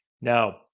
Now